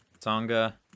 Tonga